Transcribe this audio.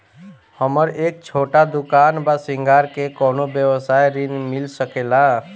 हमर एक छोटा दुकान बा श्रृंगार के कौनो व्यवसाय ऋण मिल सके ला?